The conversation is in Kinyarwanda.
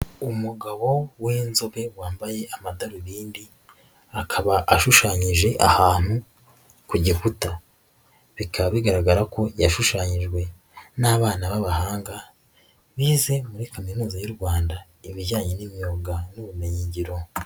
Umugabo weinzobe wambaye amadarubindi, akaba ashushanyije ahantu ku gikuta, bikaba bigaragara ko yashushanyijwe n'abana b'abahanga bize muri Kaminuza y'u Rwanda ibijyanye n'imyuga n'ubumenyinyi ngiro.